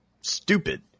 stupid